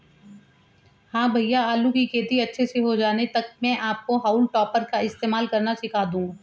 हां भैया आलू की खेती अच्छे से हो जाने तक मैं आपको हाउल टॉपर का इस्तेमाल करना सिखा दूंगा